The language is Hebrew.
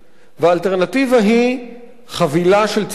והאלטרנטיבה היא חבילה של צעדים.